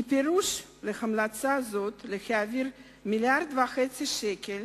כי פירוש המלצה זו הוא להעביר מיליארד וחצי שקלים